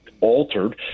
altered